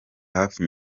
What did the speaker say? hafi